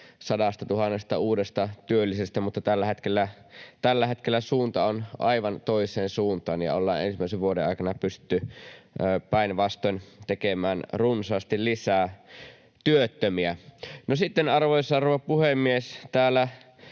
tavoitteita 100 000 uudesta työllisestä, mutta tällä hetkellä suunta on aivan toiseen suuntaan, ja ollaan ensimmäisen vuoden aikana pystytty päinvastoin tekemään runsaasti lisää työttömiä. No sitten, arvoisa rouva puhemies, täällä